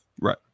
Right